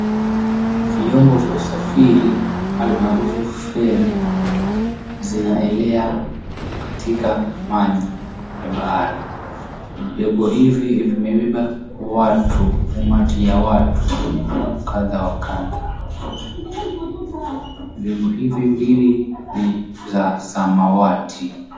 Vyombo vya usafiri almaarufu feri zinaelea katika maji ya bahari. Vyombo hivi vimebeba watu, umati ya watu kadha wa kadha. Vyombo hivi mbili ni za samawati.